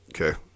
Okay